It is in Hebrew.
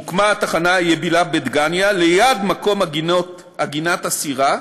מוקמה התחנה היבילה בדגניה ליד מקום עגינת הסירה,